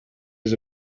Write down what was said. was